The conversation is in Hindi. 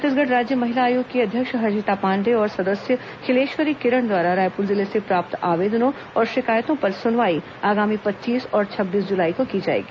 छत्तीसगढ़ राज्य महिला आयोग की अध्यक्ष हर्षिता पाण्डेय और सदस्य खिलेश्वरी किरण द्वारा रायपुर जिले से प्राप्त आवेदनों और शिकायतों पर सुनवाई आगामी पच्चीस और छब्बीस जुलाई को की जाएगी